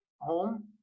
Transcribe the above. home